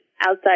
outside